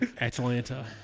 Atlanta